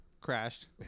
crashed